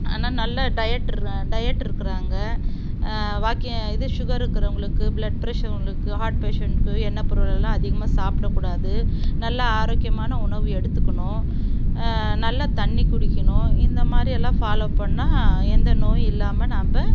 ஆனால் நல்ல diet diet இருக்கிறாங்க வாக்கிங் இது சுகர் இருக்கிறவங்களுக்கு ப்ளட் பிரஷர் உள்ளவர்களுக்கு ஹார்ட் பேஷண்ட்க்கு எண்ணெய் பொருளெல்லாம் அதிகமாக சாப்பிடக்கூடாது நல்ல ஆரோக்கியமான உணவு எடுத்துக்கணும் ஆ நல்ல தண்ணி குடிக்கணும் இந்த மாதிரியெல்லாம் ஃபாலோவ் பண்ணிணா எந்த நோயும் இல்லாமல் நம்ப